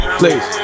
please